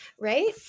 right